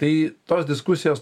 tai tos diskusijos